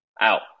Out